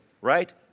Right